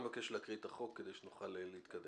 אני מבקש שנקריא את החוק כדי שנוכל להתקדם.